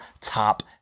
top